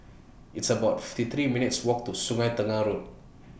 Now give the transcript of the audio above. It's about fifty three minutes Walk to Sungei Tengah Road